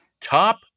top